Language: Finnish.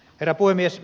herra puhemies